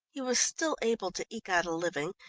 he was still able to eke out a living,